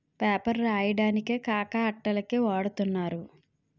paper రాయడానికే కాక అట్టల కి వాడతన్నారు